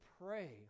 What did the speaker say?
pray